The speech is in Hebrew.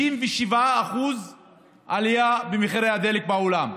57% עלייה במחירי הדלק בעולם,